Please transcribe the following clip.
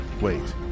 wait